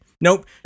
nope